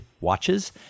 watches